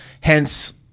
Hence